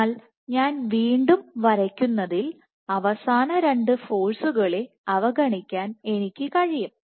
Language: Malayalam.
അതിനാൽ ഞാൻ വീണ്ടും വരയ്ക്കുന്നതിൽ അവസാന 2 ഫോഴ്സുകളെ അവഗണിക്കാൻ എനിക്ക് കഴിയും